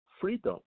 freedom